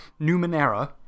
Numenera